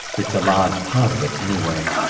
it's a large part of it anyway.